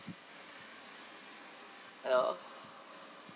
hello